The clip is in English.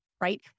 right